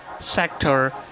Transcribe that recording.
sector